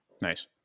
Nice